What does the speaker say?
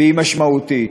והיא משמעותית.